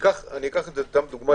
ניקח למשל,